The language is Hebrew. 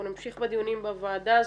אנחנו נמשיך בדיונים בוועדה הזאת.